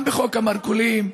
גם בחוק המרכולים,